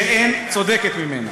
שאין צודקת ממנה.